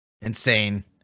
insane